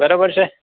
બરાબર છે